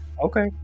Okay